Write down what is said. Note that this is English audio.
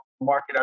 market